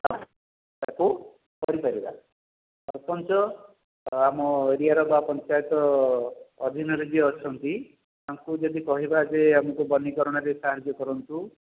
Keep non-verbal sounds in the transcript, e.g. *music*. *unintelligible* କୁ କରିପାରିବା ସରପଞ୍ଚ ଓ ଆମ ଏରିଆର ବା ପଞ୍ଚାୟତ ଅଧୀନରେ ଯିଏ ଅଛନ୍ତି ତାଙ୍କୁ ଯଦି କହିବା ଯେ ଆମକୁ ବନୀକରଣରେ ସାହାଯ୍ୟ କରନ୍ତୁ